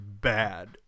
bad